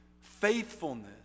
faithfulness